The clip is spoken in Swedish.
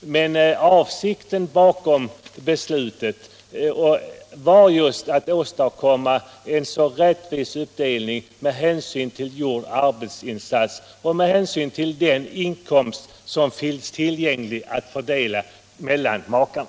Men avsikten bakom beslutet var just att åstadkomma en så rättvis uppdelning som möjligt med hänsyn till gjord arbetsinsats och med hänsyn till den inkomst som finns att fördela mellan makarna.